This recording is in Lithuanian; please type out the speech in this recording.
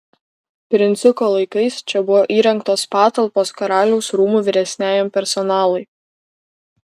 princiuko laikais čia buvo įrengtos patalpos karaliaus rūmų vyresniajam personalui